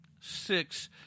six